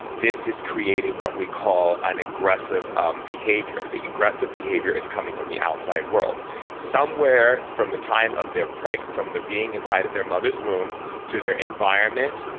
this is creating what we call an aggressive um behavior the aggressive behavior is coming from the outside world somewhere from the time of their. from the being inside of their mother's womb to their environment,